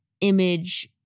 image